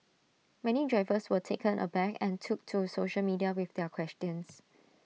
many drivers were taken aback and took to social media with their questions